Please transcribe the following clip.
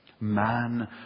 Man